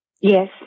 Yes